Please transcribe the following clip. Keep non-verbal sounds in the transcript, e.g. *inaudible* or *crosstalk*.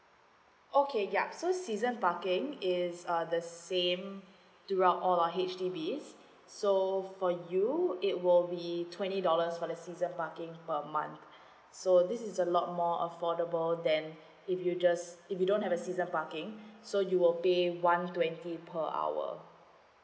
okay ya so season parking is uh the same throughout all our H_D_B so for you it will be twenty dollars for the season parking per month *breath* so this is a lot more affordable than if you just if you don't have a season parking *breath* so you will pay one twenty per hour